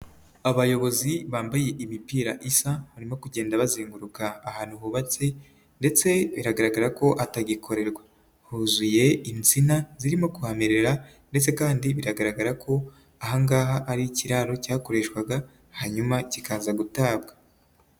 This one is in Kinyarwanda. Abayobozi bambaye imipira isa, barimo kugenda bazenguruka ahantu hubatse ndetse biragaragara ko atagikorerwa, huzuye insina zirimo kuhamerera ndetse kandi biragaragara ko aha ngaha ari ikiraro cyakoreshwaga hanyuma kikaza gutabwa.